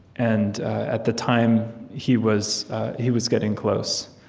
and at the time, he was he was getting close.